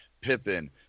Pippen